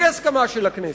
בלי הסכמה של הכנסת.